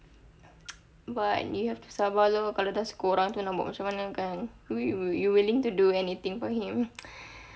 but you have to sabar lah kalau dah suka orang tu nak buat macam mana kan you you willing to do anything for him